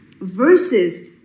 versus